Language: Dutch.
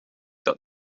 dat